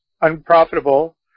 unprofitable